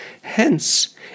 Hence